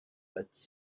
bat